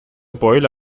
beule